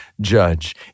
judge